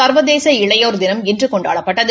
சர்வதேச இளையோர் தினம் இன்று கொண்டாடப்பட்டது